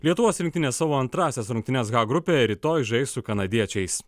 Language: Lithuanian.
lietuvos rinktinė savo antrąsias rungtynes h grupėje rytoj žais su kanadiečiais